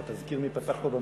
אתה תזכיר מי פתח פה במלחמה,